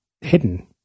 hidden